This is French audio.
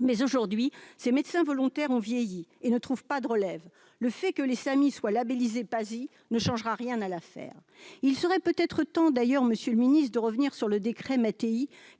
Mais, aujourd'hui, ces médecins volontaires ont vieilli et ne trouvent pas de relève. Le fait que les SAMI soient labellisés PASI ne changera rien à l'affaire. Il serait d'ailleurs peut-être temps, monsieur le secrétaire d'État, de revenir sur le décret